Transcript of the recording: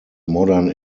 modern